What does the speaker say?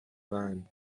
man